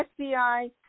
fbi